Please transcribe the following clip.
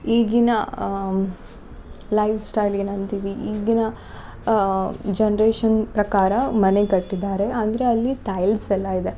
ಈಗಿನ ಲೈಫ್ಸ್ಟೈಲಿಗೆ ಏನಂತಿವಿ ಈಗಿನ ಜನ್ರೇಷನ್ ಪ್ರಕಾರ ಮನೆ ಕಟ್ಟಿದ್ದಾರೆ ಅಂದರೆ ಅಲ್ಲಿ ಟೈಲ್ಸ್ ಎಲ್ಲಯಿದೆ